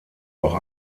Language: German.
auch